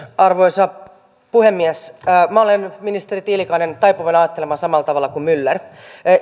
arvoisa puhemies minä olen ministeri tiilikainen taipuvainen ajattelemaan samalla tavalla kuin myller